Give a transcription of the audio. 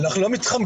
אנחנו לא מתחמקים,